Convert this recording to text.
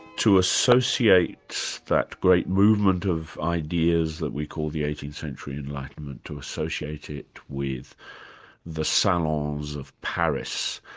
to associate that great movement of ideas that we call the eighteenth century enlightenment to associate it with the salons of paris.